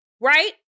right